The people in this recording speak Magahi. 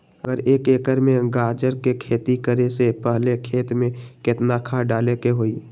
अगर एक एकर में गाजर के खेती करे से पहले खेत में केतना खाद्य डाले के होई?